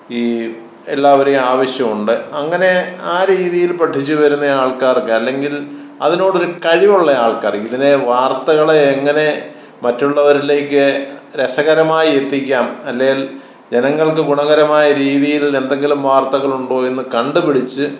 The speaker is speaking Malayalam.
ഈ എല്ലാവരെയും ആവശ്യമുണ്ട് അങ്ങനെ ആ രീതിയിൽ പഠിച്ചുവരുന്ന ആൾക്കാർക്ക് അല്ലെങ്കിൽ അതിനോട് ഒരു കഴിവുള്ള ആൾക്കാർ ഇതിനെ വാർത്തകളെ എങ്ങനെ മറ്റുള്ളവരിലേക്ക് രസകരമായി എത്തിക്കാം അല്ലെങ്കിൽ ജനങ്ങൾക്ക് ഗുണകരമായ രീതിയിൽ എന്തെങ്കിലും വാർത്തകളുണ്ടോ എന്ന് കണ്ടുപിടിച്ച്